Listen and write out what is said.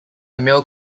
male